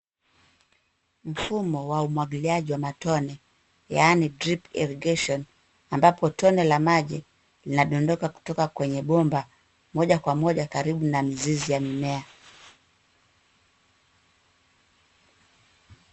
Mfumo wa umwagiliaji wa matone yani drip irrigation ambapo tone la maji linadondoka kutoka kwenye bomba moja kwa moja karibu na mizizi ya mimea.